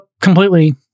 completely